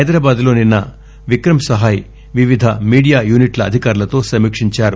హైదరాబాద్ లో నిన్న విక్రమ్ సహాయ్ వివిధ మీడియా యూనిట్ల అధికారులతో సమీక్షించారు